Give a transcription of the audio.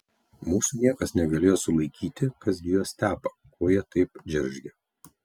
mūsų niekas negalėjo sulaikyti kas gi juos tepa ko jie taip džeržgia